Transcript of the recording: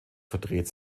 verdreht